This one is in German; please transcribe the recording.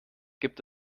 gibt